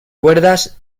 cuerdas